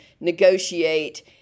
negotiate